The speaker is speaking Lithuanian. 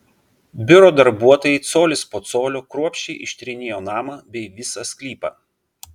biuro darbuotojai colis po colio kruopščiai ištyrinėjo namą bei visą sklypą